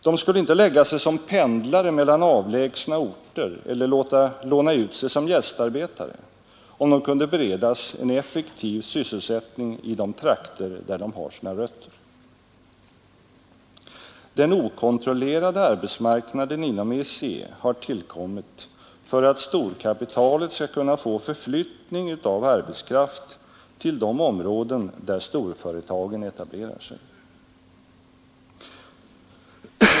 De skulle inte lägga sig som pendlare mellan avlägsna orter eller låta låna ut sig som ”gästarbetare” om de kunde beredas en effektiv sysselsättning i de trakter där de har sina rötter. Den okontrollerade arbetsmarknaden inom har tillkommit för att storkapitalet skall kunna få förflyttning av arbetskraft till de områden där storföretagen etablerar sig.